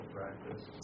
practice